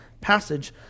passage